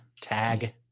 tag